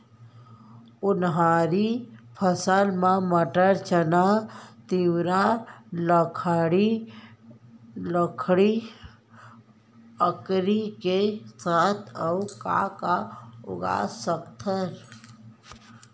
उनहारी फसल मा मटर, चना, तिंवरा, लाखड़ी, अंकरी के साथ अऊ का का उगा सकथन?